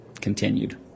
continued